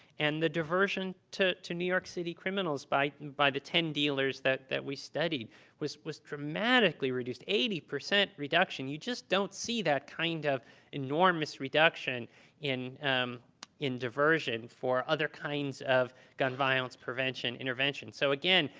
and the diversion to to new york city criminals by by the ten dealers that that we studied was was dramatically reduced. eighty percent reduction, you just don't see that kind of enormous reduction in um in diversion for other kinds of gun violence prevention intervention. so again,